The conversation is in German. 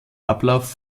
ablauf